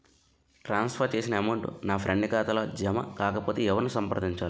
ట్రాన్స్ for చేసిన amount నా friend ఖాతాలో జమ కాకపొతే ఎవరిని సంప్రదించాలి?